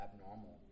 abnormal